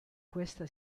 questa